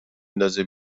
ندازه